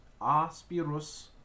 aspirus